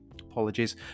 apologies